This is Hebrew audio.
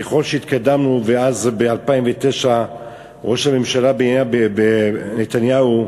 ככל שהתקדמנו, ב-2009 ראש הממשלה נתניהו,